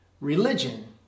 Religion